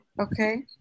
okay